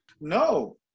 No